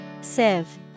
Sieve